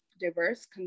diverse